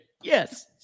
Yes